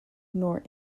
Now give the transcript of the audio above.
nor